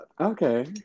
Okay